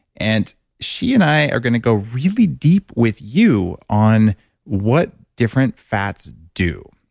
and she and i are going to go really deep with you on what different fats do.